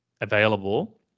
available